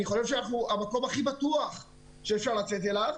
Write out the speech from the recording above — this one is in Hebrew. אני חושב שאנחנו המקום הכי בטוח שאפשר לצאת אליו.